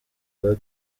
twa